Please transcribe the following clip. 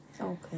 Okay